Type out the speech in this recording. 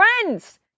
friends